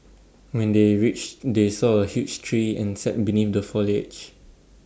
when they reached they saw A huge tree and sat beneath the foliage